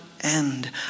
end